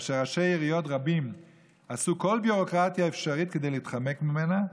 אשר ראשי עיריות רבים עשו כל ביורוקרטיה אפשרית כדי להתחמק ממנו,